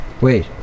Wait